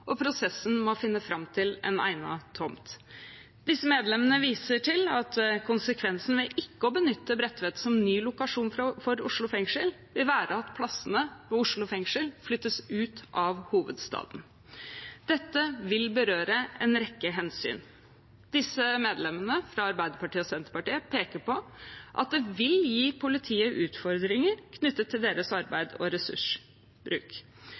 og prosessen med å finne fram til en egnet tomt. Disse medlemmene viser til at konsekvensen ved ikke å benytte Bredtvet som ny lokasjon for Oslo fengsel vil være at plassene ved Oslo fengsel flyttes ut av hovedstaden. Dette vil berøre en rekke hensyn. Disse medlemmene, fra Arbeiderpartiet og Senterpartiet, peker på at det vil gi politiet utfordringer knyttet til deres arbeid og ressursbruk.